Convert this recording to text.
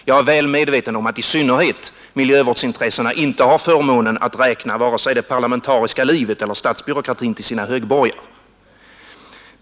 Jag är väl medveten om att i synnerhet miljövårdsintressena inte har förmånen att räkna vare sig det parlamentariska livet eller statsbyråkratin till sina högborgar.